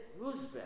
Roosevelt